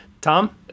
Tom